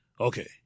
okay